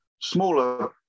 smaller